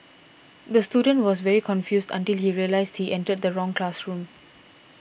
the student was very confused until he realised he entered the wrong classroom